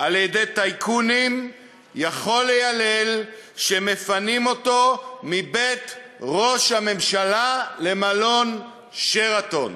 על-ידי טייקונים יכול ליילל שמפנים אותו מבית ראש הממשלה למלון "שרתון".